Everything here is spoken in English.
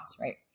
right